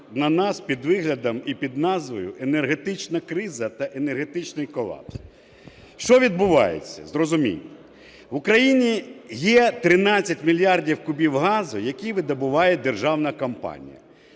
на нас під виглядом і під назвою "енергетична криза" та "енергетичний колапс". Що відбувається, зрозуміємо. В Україні є 13 мільярдів кубів газу, які видобуває державна компанія